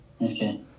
Okay